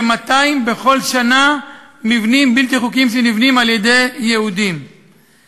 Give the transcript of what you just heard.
כ-200 מבנים בלתי חוקיים שנבנים על-ידי יהודים בכל שנה.